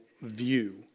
view